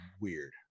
weird